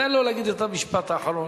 תן לו להגיד את המשפט האחרון.